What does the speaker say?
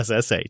SSH